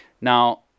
Now